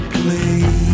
please